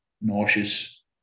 nauseous